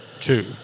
two